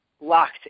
locked